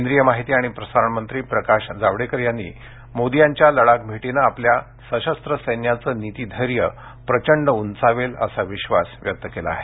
केंद्रीय माहिती आणि प्रसारण मंत्री प्रकाश जावडेकर यांनी मोदी यांच्या लडाख भेटीनं आपल्या सशस्त्र सैन्याचं नीतिधैर्य प्रचंड उंचावेल असा विश्वास व्यक्त केला आहे